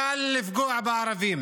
קל לפגוע בערבים.